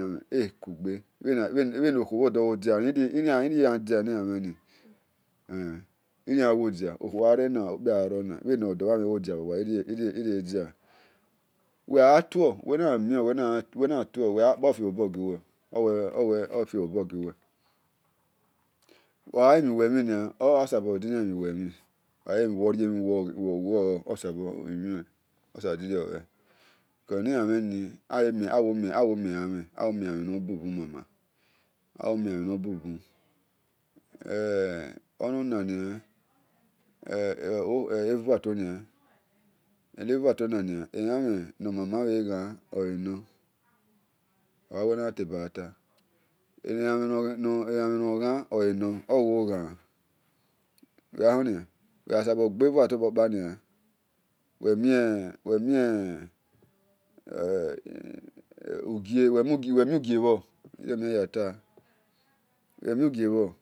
ekugbe heni okuobho dole dia eni elamhin okuo gha rona okpia gha rona bhenodo bhi amhen diabhi owa irio edia uwe gha atun uwe namion uwe gha yapkpia ofie ghi obo giuwe, ogha khian lobire ni l owo miele mhen nobun bun mama eeh onanani a eni evuator elamhen nomama woghan ole no uwe gha sabo gbe vuator kpokpania uwemi ugie-bho